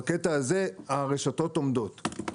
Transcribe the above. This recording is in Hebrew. בקטע הזה הרשתות עומדות.